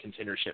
contendership